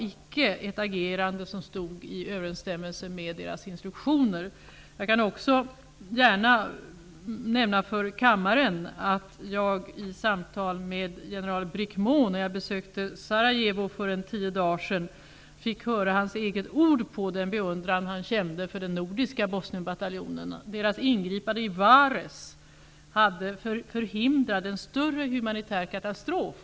Jag nämner gärna också för kammaren att jag i samtal med general Briquemont, när jag besökte Sarajevo för ungefär tio dagar sedan, fick höra hans egna ord över den beundran han kände för den nordiska FN-bataljonen i Bosnien. Dess ingripande i Vares förhindrade en större humantär katastrof.